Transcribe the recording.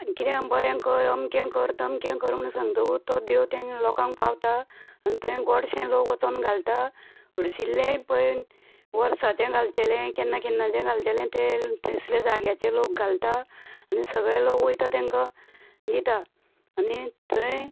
कितेंय बरें कर अमकें कर तमकें कर म्हणोन सांगतकूच तो देव तेंकां लोकांक पावता आनी थंय गोडशें लोक वचोन घालता हरशिल्लें वर्साचे घालचेले केन्ना केन्नाचे घालचेलें तें थंयसले जाग्याचे लोक घालता आनी सगले लोक वयता तेंकां दिता आनी थंय